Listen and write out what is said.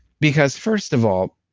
because first of all,